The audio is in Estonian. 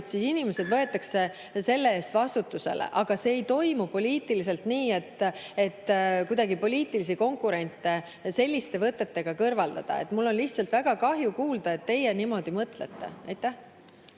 siis inimesed võetakse selle eest vastutusele, aga see ei toimu poliitiliselt nii, et kuidagi poliitilisi konkurente selliste võtetega kõrvaldada. Mul on lihtsalt väga kahju kuulda, et teie niimoodi mõtlete. Aitäh!